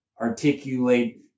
articulate